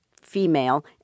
female